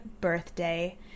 birthday